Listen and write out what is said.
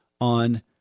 on